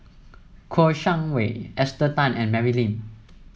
Kouo Shang Wei Esther Tan and Mary Lim